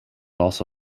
also